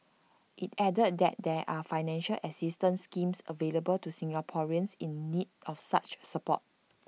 IT added that there are financial assistance schemes available to Singaporeans in need of such support